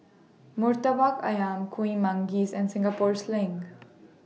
Murtabak Ayam Kuih Manggis and Singapore Sling